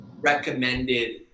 recommended